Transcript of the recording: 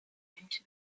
into